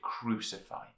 crucify